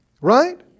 Right